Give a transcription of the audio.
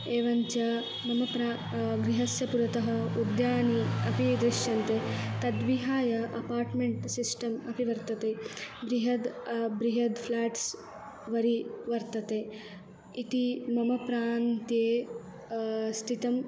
एवञ्च मम प्रान्ते गृहस्य पुरतः उद्यानानि अपि दृश्यन्ते तद्विहाय अपार्ट्मेण्ट् सिस्टम् अपि वर्तते बृहद् बृहद् फ्लाट्स् वरीवर्तते इति मम प्रान्ते स्थितं